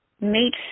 made